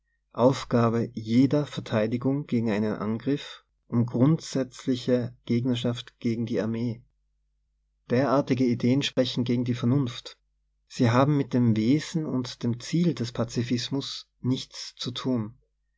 aufgabe jeder verteidigung gegen einen angriff um grundsätzs liehe gegnerschaft gegen die armee derartige ideen sprechen gegen die vernunft sie haben mit dem wesen und dem ziel des pazifismus nichts zu tun